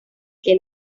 que